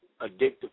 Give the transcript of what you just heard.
addictive